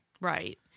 Right